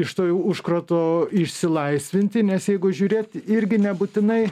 iš to užkrato išsilaisvinti nes jeigu žiūrėt irgi nebūtinai